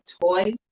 toy